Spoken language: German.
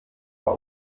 war